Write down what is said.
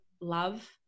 love